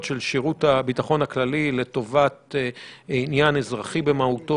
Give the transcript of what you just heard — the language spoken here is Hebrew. של שירות הביטחון הכללי לטובת עניין אזרחי במהותו,